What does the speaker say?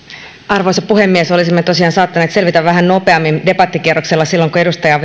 arvoisa puhemies olisimme tosiaan saattaneet selvitä vähän nopeammin debattikierroksella silloin kun edustaja